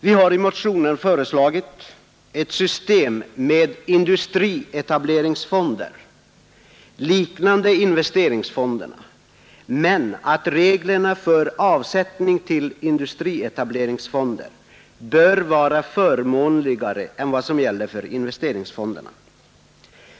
Vi har i motionen föreslagit ett system med industrietableringsfonder — liknande investeringsfonderna — men att reglerna för avsättning till industrietableringsfonder skall vara förmånligare än vad som gäller för investeringsfonderna.